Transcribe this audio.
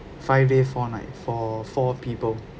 five day four night for four people